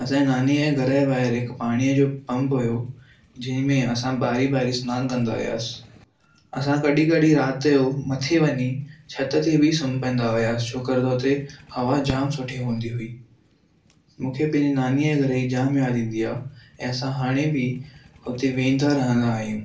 असांजे नानीअ जे घरु जे ॿाहिरि हिकु पाणीअ जो पंप हुयो जंहिं में असां वरि वरि सनानु कंदा हुआसि असां कड॒हिं कड॒हिं राति जो मथे वञी छिति ते बि सुम्ही पेंदा हुआसि छो कर त हुते हवा जामु सुठी हूंदी हुई मूंखे पंहिंजी नानीअ जे घरु जी जामु यादु ईंदी आहे ऐं असां हाणे बि हुते वेंदा रहिंदा आहियूं